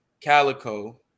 Calico